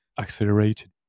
accelerated